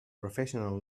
professional